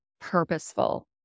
purposeful